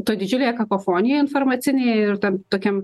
toj didžiulėje kakofonijoj informacinėje ir tam tokiam